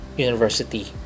university